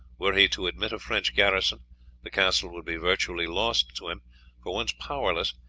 were he to admit a french garrison the castle would be virtually lost to him for once powerless,